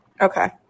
okay